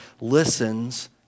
listens